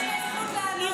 יש לה זכות לענות.